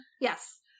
yes